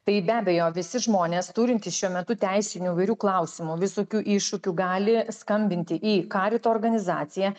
tai be abejo visi žmonės turintys šiuo metu teisinių įvairių klausimų visokių iššūkių gali skambinti į karito organizaciją